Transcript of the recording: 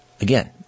again